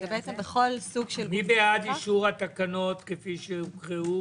מי בעד אישור התקנות, כפי שהוקראו